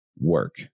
work